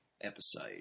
episode